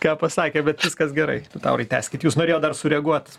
ką pasakė bet viskas gerai liutaurai tęskit jūs norėjot dar sureaguot